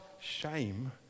shame